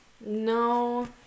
No